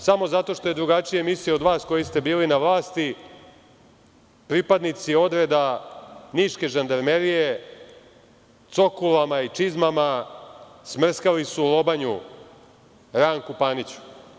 Samo zato što je drugačije mislio od vas koji ste bili na vlasti, pripadnici odreda niške žandarmerije cokulama i čizmama smrskali su lobanju Ranku Paniću.